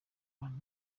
abantu